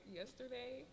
yesterday